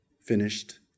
finished